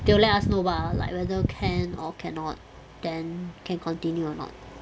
they will let us know bah like whether can or cannot then can continue or not